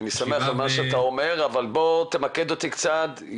אני שמח על מה שאתה אומר, אבל בוא תמקד אותי קצת.